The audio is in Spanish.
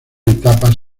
etapas